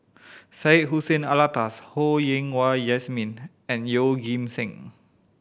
Syed Hussein Alatas Ho Yen Wah Jesmine and Yeoh Ghim Seng